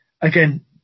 Again